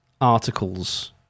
articles